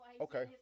Okay